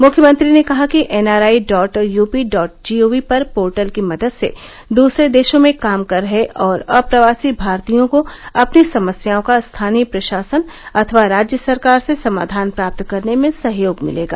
मुख्यमंत्री ने कहा कि NRI dot UP dot G O V पर पोर्टल की मदद से दूसरे देशों में काम कर रहे और अप्रवासी भारतीयों को अपनी समस्याओं का स्थानीय प्रशासन अथवा राज्य सरकार से समाधान प्राप्त करने में सहयोग मिलेगा